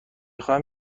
خواهم